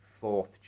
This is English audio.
fourth